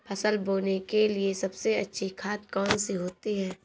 फसल बोने के लिए सबसे अच्छी खाद कौन सी होती है?